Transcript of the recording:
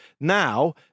Now